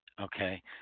Okay